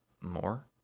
more